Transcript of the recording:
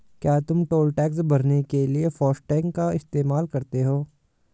क्या तुम toll tax भरने के लिए फासटेग का इस्तेमाल करते हो?